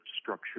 structure